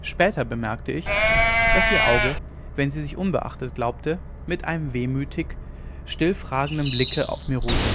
später bemerkte ich daß ihr auge wenn sie sich unbeachtet glaubte mit einem wehmütigen still fragenden blicke auf mir ruhte